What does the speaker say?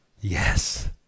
Yes